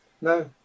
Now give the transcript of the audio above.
No